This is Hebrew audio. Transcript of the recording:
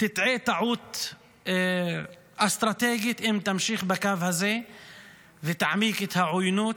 תטעה טעות אסטרטגית אם תמשיך בקו הזה ותעמיק את העוינות,